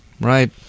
Right